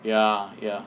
ya ya